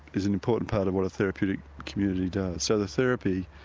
is an important part of what a therapeutic community does. so the therapy,